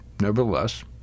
nevertheless